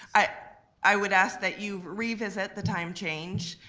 i i would ask that you revisit the time change.